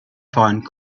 find